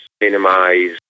minimize